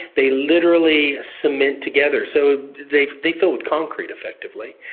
they literally cement together. so they they filled with concrete effectively,